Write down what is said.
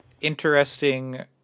interesting